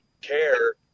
care